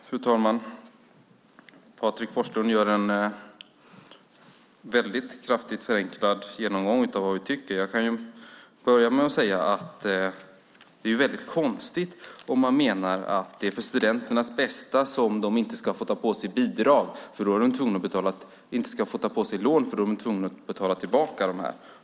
Fru talman! Patrik Forslund gör en kraftigt förenklad genomgång av vad vi tycker. Jag kan börja med att säga att det är väldigt konstigt om man menar att det är för studenternas bästa de inte ska få ta på sig lån, eftersom de sedan är tvungna att betala tillbaka dem.